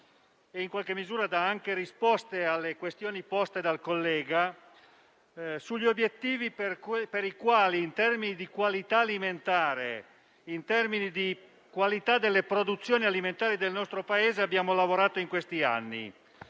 e, in qualche misura, dà anche risposte alle questioni poste dal collega sugli obiettivi per i quali, in termini di qualità delle produzioni alimentari del nostro Paese, abbiamo lavorato in questi anni.